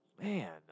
man